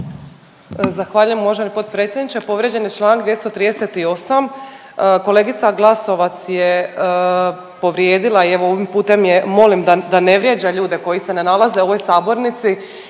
Zahvaljujem uvaženi potpredsjedniče. Povrijeđen je čl. 238, kolegica Glasovac je povrijedila i evo, ovim putem je molim da ne vrijeđa ljude koji se ne nalaze u ovoj sabornici